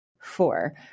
four